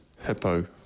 Hippo